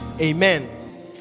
Amen